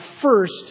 first